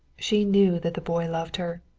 she knew that the boy loved her.